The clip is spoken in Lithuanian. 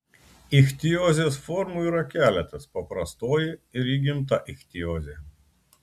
ichtiozės formų yra keletas paprastoji ir įgimta ichtiozė